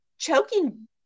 choking